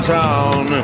town